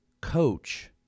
coach